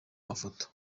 mafoto